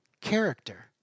character